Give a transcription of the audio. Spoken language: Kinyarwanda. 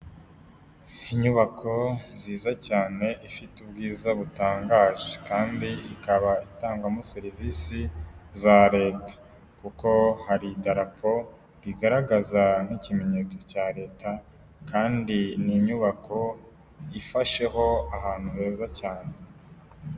Inyubako nziza cyane ifite ubwiza butangaje kandi ikaba itangwamo serivisi za leta kuko hari idarapo rigaragaza nk'ikimenyetso cya leta kandi ni inyubako ifasheho ahantu heza cyane.